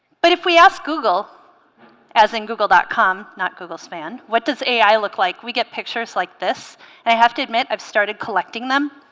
but if we ask google as in google dot com not google span what does ai look like we get pictures like this and i have to admit i've started collecting them